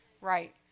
Right